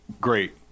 great